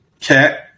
cat